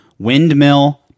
Windmill